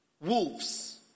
wolves